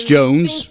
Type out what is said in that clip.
Jones